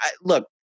look